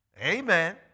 Amen